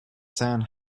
san